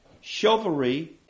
chivalry